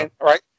right